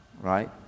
right